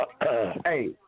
Hey